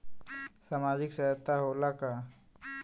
सामाजिक सहायता होला का?